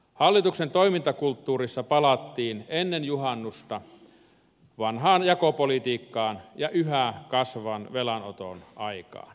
hallituksen toimintakulttuurissa palattiin ennen juhannusta vanhaan jakopolitiikkaan ja yhä kasvavan velanoton aikaan